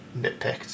nitpicked